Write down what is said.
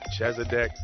Chesedek